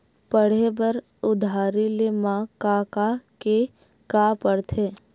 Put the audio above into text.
पढ़े बर उधारी ले मा का का के का पढ़ते?